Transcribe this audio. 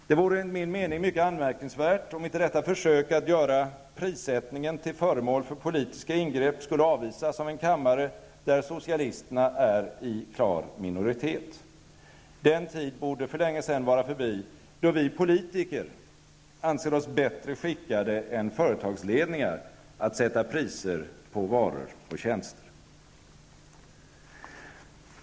Det vore enligt min mening mycket anmärkningsvärt om inte detta försök att göra prissättningen till föremål för politiska ingrepp skulle avvisas av en kammare där socialisterna är i klar minoritet. Den tid borde för länge sedan vara förbi då vi politiker anser oss bättre skickade än företagsledningar att sätta priser på varor och tjänster.